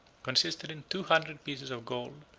consisted in two hundred pieces of gold,